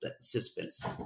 Suspense